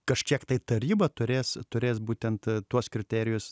kažkiek tai taryba turės turės būtent tuos kriterijus